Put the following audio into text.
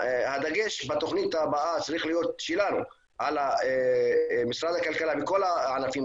הדגש שלנו בתוכנית הבאה צריך להיות על משרד הכלכלה מכל הענפים,